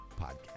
podcast